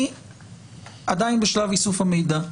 אני עדיין בשלב איסוף המידע.